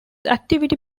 activity